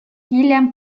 hiljem